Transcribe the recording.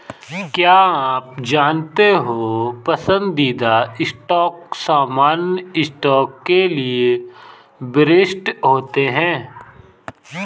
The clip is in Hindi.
क्या आप जानते हो पसंदीदा स्टॉक सामान्य स्टॉक के लिए वरिष्ठ होते हैं?